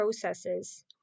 processes